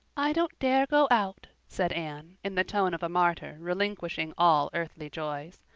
i don't dare go out, said anne, in the tone of a martyr relinquishing all earthly joys.